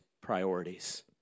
priorities